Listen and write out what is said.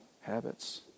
habits